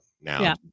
now